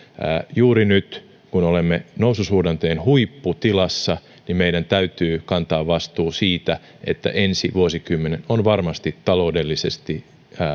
juuri nyt kun olemme noususuhdanteen huipputilassa meidän täytyy kantaa vastuu siitä että ensi vuosikymmen on varmasti taloudellisesti